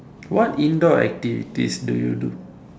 what indoor activities do you do